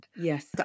Yes